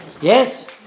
Yes